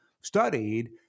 studied